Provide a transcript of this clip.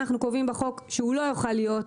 אנחנו קובעים בחוק שהוא לא יוכל להיות